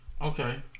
Okay